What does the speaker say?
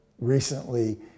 recently